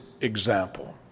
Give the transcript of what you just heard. example